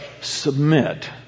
submit